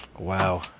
Wow